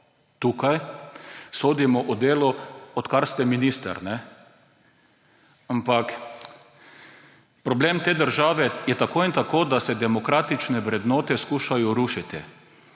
tukaj sodimo o delu, odkar ste minister. Ampak problem te države je tako in tako, da se demokratične vrednote skušajo rušiti.